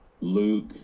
Luke